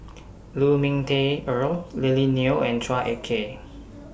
Lu Ming Teh Earl Lily Neo and Chua Ek Kay